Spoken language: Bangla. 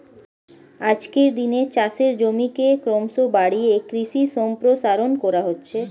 আজকের দিনে চাষের জমিকে ক্রমশ বাড়িয়ে কৃষি সম্প্রসারণ করা হচ্ছে